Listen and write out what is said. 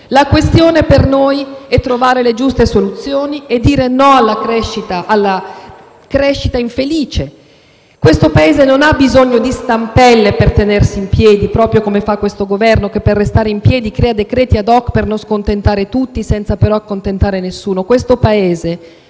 La questione per noi è trovare le giuste soluzioni e dire no alla crescita infelice. Questo Paese non ha bisogno di stampelle per tenersi in piedi, come fa, invece, questo Governo che per restare in piedi crea decreti *ad hoc* per non scontentare tutti, ma senza accontentare nessuno.